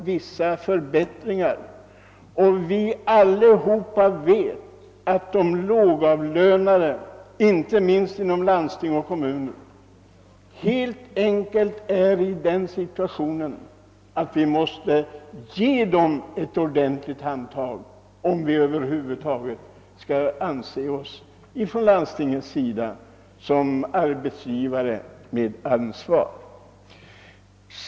Vi vet alla att de lågavlönade, inte minst inom landsting och kommuner, befinner sig i en sådan situation att vi helt enkelt måste ge dem ett ordentligt handtag om vi skall uppfylla vårt ansvar som arbetsgivare.